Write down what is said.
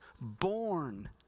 born